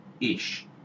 Ish